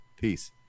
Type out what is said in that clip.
Peace